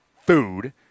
food